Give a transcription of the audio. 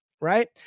Right